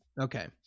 Okay